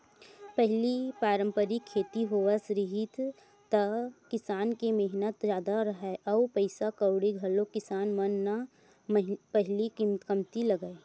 पहिली पारंपरिक खेती होवत रिहिस त किसान के मेहनत जादा राहय अउ पइसा कउड़ी घलोक किसान मन न पहिली कमती लगय